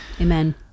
Amen